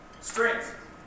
Strength